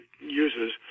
uses